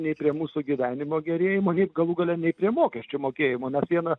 nei prie mūsų gyvenimo gerėjimo galų gale nei prie mokesčių mokėjimo mes vieną